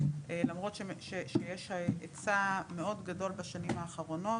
למרות שיש היצע מאוד גדול בשנים האחרונות,